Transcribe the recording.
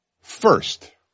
First